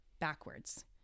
backwards